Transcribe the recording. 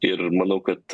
ir manau kad